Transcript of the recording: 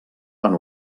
van